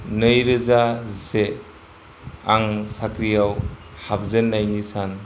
नैरोजा जिसे आं साख्रिआव हाबजेननायनि सान